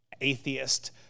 atheist